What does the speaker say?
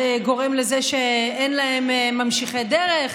שזה גורם לזה שאין להם ממשיכי דרך,